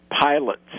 pilots